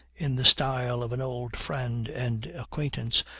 in the style of an old friend and acquaintance,